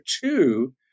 two